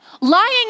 lying